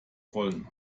rollen